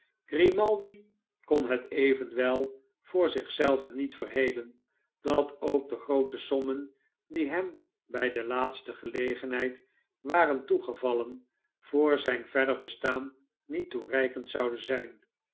grimaldi kon het evenwel voor zich zelven niet verhelen dat ook de groote sommen die hem bij de laatste gelegenheid waren toegevallen voor zijn verder bestaan niet toereikend zouden zijn